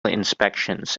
inspections